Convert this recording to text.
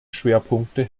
schwerpunkte